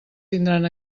tindran